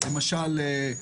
למשל,